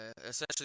essentially